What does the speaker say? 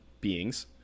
beings